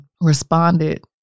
responded